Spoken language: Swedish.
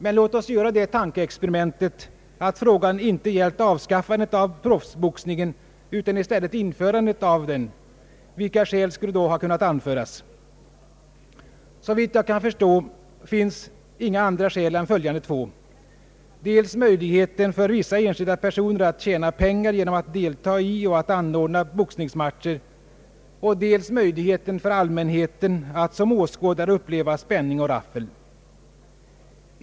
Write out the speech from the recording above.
Men låt oss göra det tankeexperimentet att frågan inte hade gällt avskaffandet av proffsboxningen utan i stället införan det av den. Vilka skäl skulle då ha kunnat anföras? Såvitt jag kan förstå finns inga andra skäl än följande två: dels är det möjligheten för vissa enskilda personer att tjäna pengar genom att deltaga i och anordna boxningsmatcher, dels är det möjligheten för allmänheten att såsom åskådare få uppleva spänning och raffel.